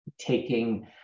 taking